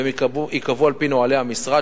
והן ייקבעו על-פי נוהלי המשרד,